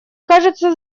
кажется